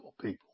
people